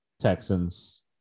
Texans